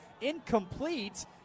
Incomplete